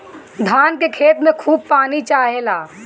धान के खेत में खूब पानी चाहेला